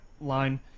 line